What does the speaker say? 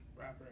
Rapper